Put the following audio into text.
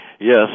yes